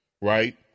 right